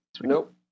Nope